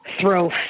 throw